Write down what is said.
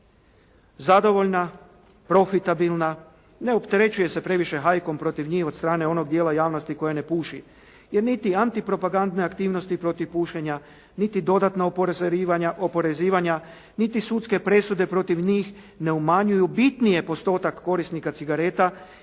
zadovoljna profitabilna, ne opterećuje se previše hajkom protiv njih od strane onog dijela javnosti koji ne puši, jer niti antipropagandne aktivnosti protiv pušenja, niti dodatna oporezivanja, niti sudske presude protiv njih ne umanjuju bitnije postotak korisnika cigareta